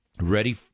ready